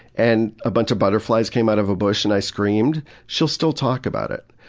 and a bunch of butterflies came out of a bush, and i screamed. she'll still talk about it.